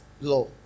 law